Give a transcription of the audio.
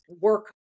work